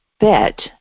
bet